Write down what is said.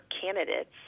candidates